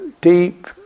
deep